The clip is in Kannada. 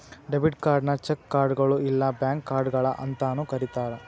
ಡೆಬಿಟ್ ಕಾರ್ಡ್ನ ಚೆಕ್ ಕಾರ್ಡ್ಗಳು ಇಲ್ಲಾ ಬ್ಯಾಂಕ್ ಕಾರ್ಡ್ಗಳ ಅಂತಾನೂ ಕರಿತಾರ